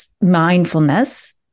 mindfulness